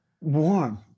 warm